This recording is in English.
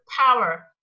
power